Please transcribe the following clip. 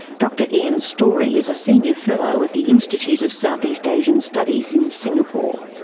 dr ian storey is a senior fellow at the institute of southeast asian studies in singapore.